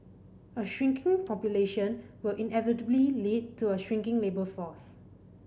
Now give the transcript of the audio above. a shrinking population will inevitably lead to a shrinking labour force